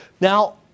now